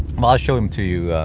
ah show them to you,